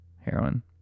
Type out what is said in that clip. heroin